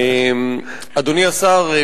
אדוני השר,